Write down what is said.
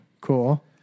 cool